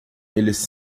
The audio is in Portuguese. eles